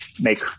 make